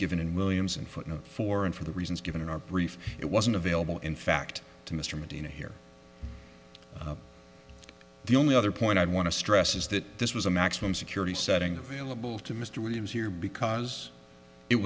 given in williams and footnote four and for the reasons given in our brief it wasn't available in fact to mr medina here the only other point i want to stress is that this was a maximum security setting available to mr williams here because it